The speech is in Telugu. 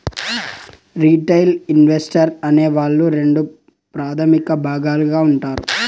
రిటైల్ ఇన్వెస్టర్ అనే వాళ్ళు రెండు ప్రాథమిక భాగాలుగా ఉంటారు